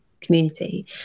community